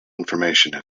information